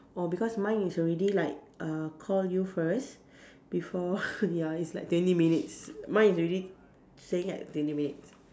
oh because mine is already like uh call you first before ya it's like twenty minutes mine is already saying at twenty minutes